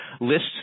lists